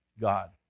God